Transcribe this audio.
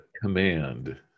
command